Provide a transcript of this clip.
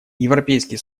европейский